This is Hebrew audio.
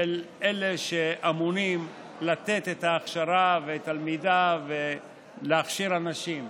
אלה שאמונים על נתינת ההכשרה והלמידה והכשרת אנשים,